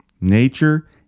nature